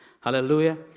Hallelujah